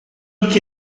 look